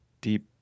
deep